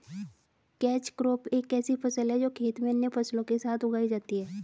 catch crop एक ऐसी फसल है जो खेत में अन्य फसलों के साथ उगाई जाती है